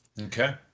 Okay